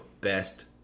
best